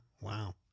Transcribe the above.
Wow